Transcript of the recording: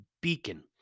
beacon